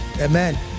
Amen